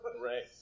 Right